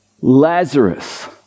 Lazarus